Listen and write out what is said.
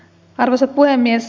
arvoisa puhemies